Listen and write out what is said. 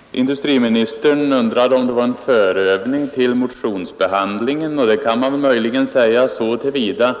Fru talman! Industriministern undrade om mitt inlägg var en förövning till motionsbehandlingen. Det kan man möjligen säga så till vida